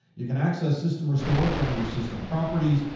you can access system restore from your system properties,